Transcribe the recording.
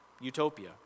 utopia